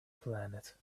planet